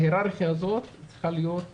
ההיררכיה הזאת צריכה להיות ברורה,